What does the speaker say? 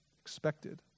expected